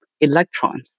electrons